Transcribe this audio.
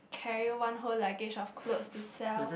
carry one whole luggage of clothes to sell